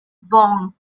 bong